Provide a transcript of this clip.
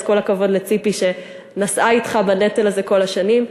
אז כל הכבוד לציפי שנשאה אתך בנטל הזה כל השנים.